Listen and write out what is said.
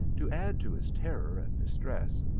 to add to his terror and distress,